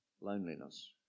loneliness